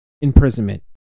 Imprisonment